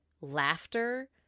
laughter